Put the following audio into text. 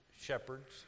shepherds